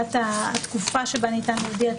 טוב, קח מעטפה כפולה ותצביע.